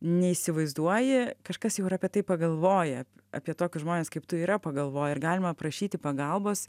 neįsivaizduoji kažkas jau yra apie tai pagalvoję apie tokius žmones kaip tu yra pagalvoję ir galima prašyti pagalbos